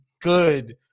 good